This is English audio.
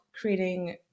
creating